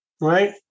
Right